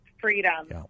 freedom